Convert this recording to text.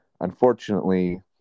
Unfortunately